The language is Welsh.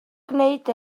gwneud